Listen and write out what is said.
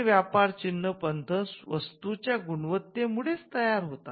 हे व्यापर चिन्ह पंथ वस्तूच्या गुणवत्ते मुळेच तयार होतात